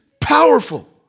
powerful